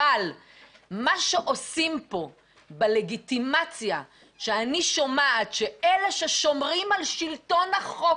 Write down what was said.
אבל מה שעושים פה בלגיטימציה שאני שומעת שאלה ששומרים על שלטון החוק